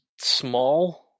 small